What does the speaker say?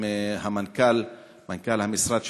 עם מנכ"ל המשרד שלך,